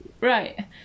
Right